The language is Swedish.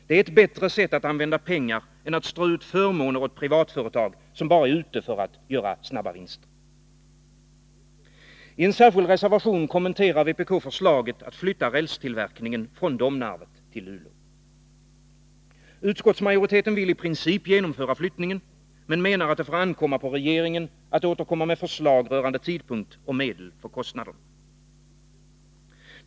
Det är ett bättre sätt att använda pengar än att strö ut förmåner åt privatföretag, som bara är ute för att göra snabba vinster. Vpk kommenterar i en reservation förslaget att flytta rälstillverkningen från Domnarvet till Luleå. Utskottsmajoriteten vill i princip genomföra flyttningen men menar att det får ankomma på regeringen att återkomma med förslag rörande tidpunkt och medel för kostnader.